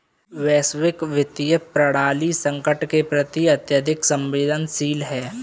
वैश्विक वित्तीय प्रणाली संकट के प्रति अत्यधिक संवेदनशील है